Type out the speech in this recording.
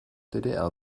ddr